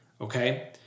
okay